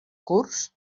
curts